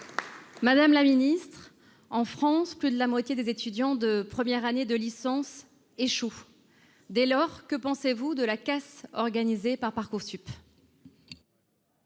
Madame la ministre, en France, plus de la moitié des étudiants en première année de licence échouent. Dès lors, que pensez-vous de la casse organisée par Parcoursup ?